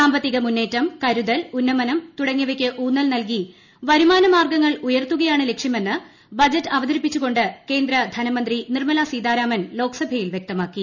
സാമ്പത്തിക ്മുന്നേറ്റം കരുതൽ ഉന്നമനം തുടങ്ങിയവയ്ക്ക് ഊന്നൽ നൽകി വരുമാന മാർഗങ്ങൾ തുടങ്ങിയാണ് ലക്ഷ്യമെന്ന് ബജറ്റ് അവതരിപ്പിച്ചുകൊണ്ട് കേന്ദ്രധനമന്ത്രി നിർമല സീതാരാമൻ ല്ലോക്സഭയിൽ വൃക്തമാക്കി